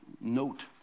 note